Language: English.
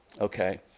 okay